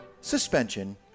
suspension